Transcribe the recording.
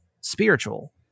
spiritual